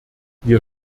wir